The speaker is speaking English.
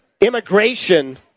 immigration